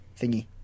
thingy